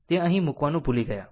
તે અહીં મૂકવાનું ભૂલી ગયાં